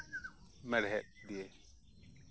ᱢᱮᱬᱦᱮᱫ ᱫᱤᱭᱮ